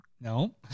No